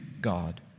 God